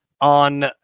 on